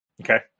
Okay